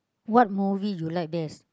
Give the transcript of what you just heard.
what movie you like best